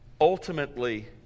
ultimately